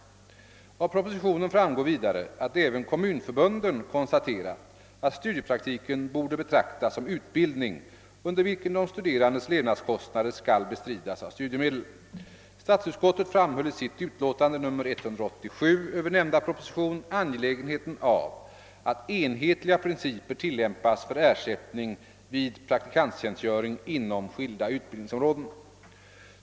Av propositionen framgår vidare att även kommunförbunden konstaterat att studiepraktiken borde betraktas som utbildning, under vilken de studerandes levnadskostnader skall bestridas av studiemedel. Statsutskottet framhöll i sitt utlåtande nr 187 över nämnda proposition angelägenheten av att enhetliga principer tillämpas för ersättning vid praktiktjänstgöring inom skilda utbildningsområden.